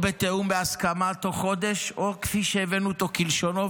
או בתיאום בהסכמה תוך חודש או כפי שהבאנו אותו כלשונו,